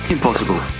Impossible